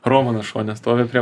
romanas šone stovi prie